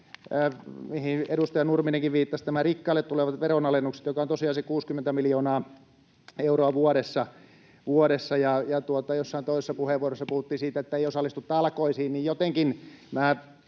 mihin edustaja Nurminenkin viittasi: nämä rikkaille tulevat veronalennukset, joka on tosiaan se 60 miljoonaa euroa vuodessa. Kun jossain toisessa puheenvuorossa puhuttiin siitä, että ei osallistuta talkoisiin, niin jotenkin